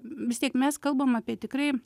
vis tiek mes kalbam apie tikrai